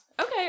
Okay